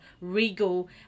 regal